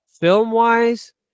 Film-wise